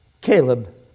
Caleb